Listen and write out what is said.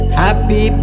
happy